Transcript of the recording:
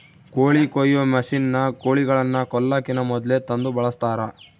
ಕೋಳಿ ಕೊಯ್ಯೊ ಮಷಿನ್ನ ಕೋಳಿಗಳನ್ನ ಕೊಲ್ಲಕಿನ ಮೊದ್ಲೇ ತಂದು ಬಳಸ್ತಾರ